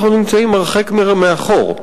אנחנו נמצאים הרחק מאחור.